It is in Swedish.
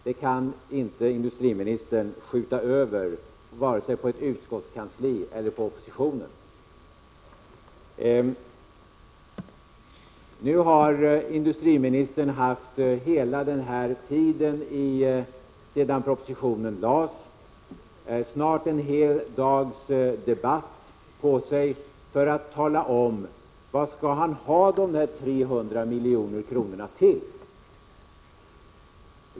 Det kan inte industriministern skjuta över vare sig på ett utskottskansli eller på oppositionen. Industriministern har haft hela den här tiden sedan propositionen lades fram och snart en hel dags debatt på sig för att tala om vad han skall ha dessa 300 miljoner till.